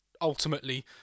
ultimately